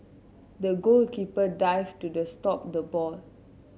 the goalkeeper dived to the stop the ball